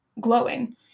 glowing